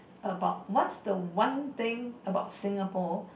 about what's the one thing about Singapore